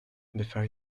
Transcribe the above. before